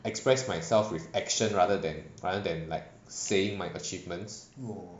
express myself with action rather than rather than like saying my achievements